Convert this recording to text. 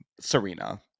Serena